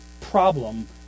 problem